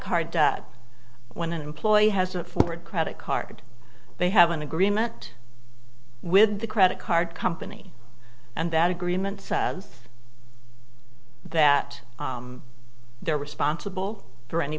card when an employee has to forward credit card they have an agreement with the credit card company and that agreement says that they're responsible for any